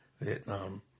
Vietnam